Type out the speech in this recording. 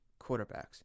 quarterbacks